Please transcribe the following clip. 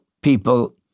people